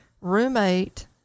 roommate